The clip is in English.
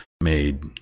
made